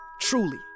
truly